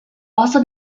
also